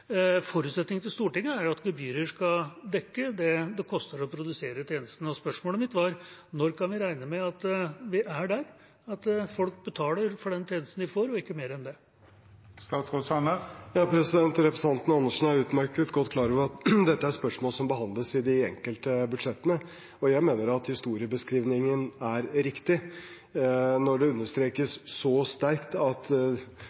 Forutsetningen til Stortinget er at gebyrer skal dekke det det koster å produsere tjenesten, og spørsmålet mitt var: Når kan vi regne med at vi er der – at folk betaler for den tjenesten de får, og ikke mer enn det? Representanten Andersen er utmerket godt klar over at dette er spørsmål som behandles i de enkelte budsjettene. Jeg mener at historiebeskrivelsen er riktig. Når det understrekes så sterkt at